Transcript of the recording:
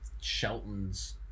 Shelton's